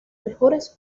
mejores